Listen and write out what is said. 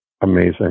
amazing